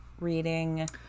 reading